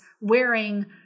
wearing